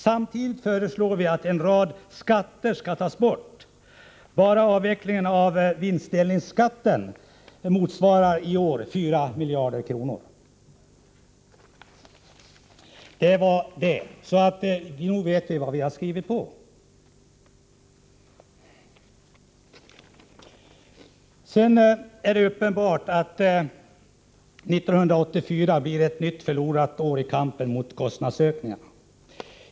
Samtidigt föreslår vi att en rad skatter skall tas bort. Bara avvecklingen av vinstdelningsskatten motsvarar i år 4 miljarder kronor. Vi vet nog vilka förslag vi har skrivit under. Det är uppenbart att 1984 blir ett nytt förlorat år i kampen mot kostnadsökningarna.